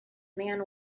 man